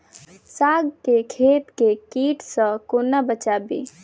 साग केँ खेत केँ कीट सऽ कोना बचाबी?